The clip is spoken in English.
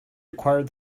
acquired